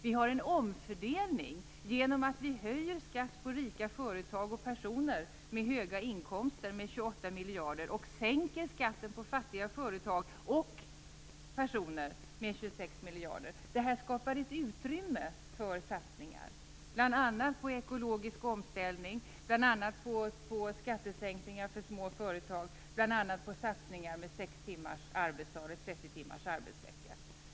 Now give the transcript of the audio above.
Vi har en omfördelning genom att vi höjer skatt för rika företag och personer med höga inkomster med 28 miljarder och sänker skatten för fattiga företag och personer med 26 miljarder. Det skapar ett utrymme för satsningar, bl.a. på ekologisk omställning och skattesänkningar för små företag samt satsningar på sex timmars arbetsdag eller 30 timmars arbetsvecka.